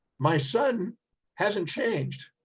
my son hasn't changed.